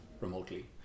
remotely